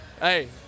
hey